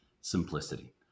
simplicity